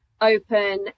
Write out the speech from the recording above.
open